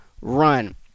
run